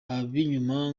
ab’inyuma